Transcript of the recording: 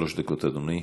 שלוש דקות, אדוני.